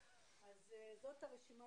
אז זאת רשימת